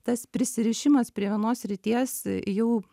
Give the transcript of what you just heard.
tas prisirišimas prie vienos srities jau